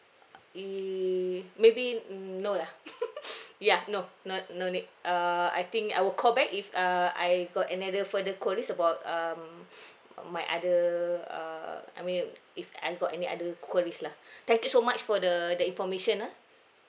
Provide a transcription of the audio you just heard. err maybe n~ no lah yeah no no no need err I think I will call back if uh I got another further queries about um my other uh I mean if I I got any other queries lah thank you so much for the the information ah